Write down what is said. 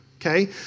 okay